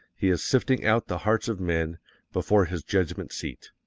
he is sifting out the hearts of men before his judgment seat.